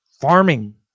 farming